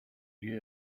you